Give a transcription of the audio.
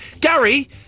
Gary